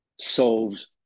solves